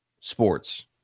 sports